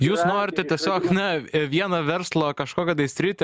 jūs norite tiesiog na vieną verslo kažkokią tai sritį